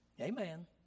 Amen